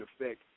affect